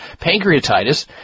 pancreatitis